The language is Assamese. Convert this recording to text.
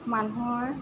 মানুহৰ